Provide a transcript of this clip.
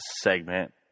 segment